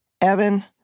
Evan